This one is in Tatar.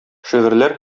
шигырьләр